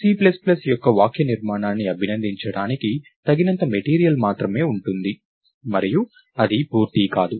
C plus plus యొక్క వాక్యనిర్మాణాన్ని అభినందించడానికి తగినంత మెటీరియల్ మాత్రమే ఉంటుంది మరియు అది పూర్తి కాదు